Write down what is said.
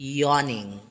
yawning